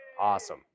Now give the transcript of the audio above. awesome